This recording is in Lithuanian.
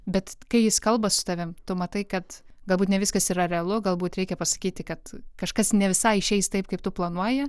bet kai jis kalba su tavim tu matai kad galbūt ne viskas yra realu galbūt reikia pasakyti kad kažkas ne visai išeis taip kaip tu planuoji